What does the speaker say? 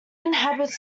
inhabits